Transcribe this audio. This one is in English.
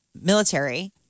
military